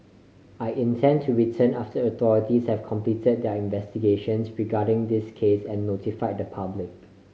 I intend to return after authorities have completed their investigations regarding this case and notify the public